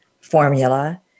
formula